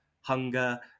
hunger